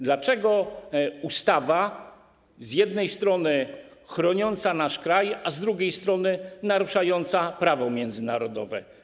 Dlaczego ustawa z jednej strony chroni nasz kraj, a z drugiej strony narusza prawo międzynarodowe?